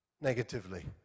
negatively